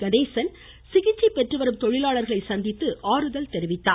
கணேசன் சிகிச்சை பெற்றுவரும் தொழிலாளர்களை சந்தித்து ஆறுதல் தெரிவித்தார்